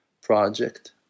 project